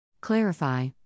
Clarify